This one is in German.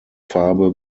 farbe